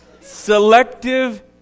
Selective